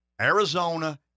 Arizona